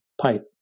pipe